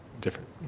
different